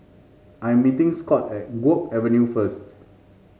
I am meeting Scot at Guok Avenue first